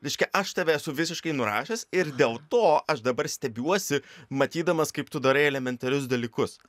reiškia aš tave esu visiškai nurašęs ir dėl to aš dabar stebiuosi matydamas kaip tu darai elementarius dalykus